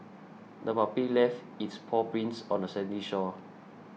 the puppy left its paw prints on the sandy shore